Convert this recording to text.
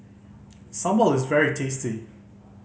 sambal is very tasty